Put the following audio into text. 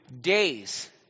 days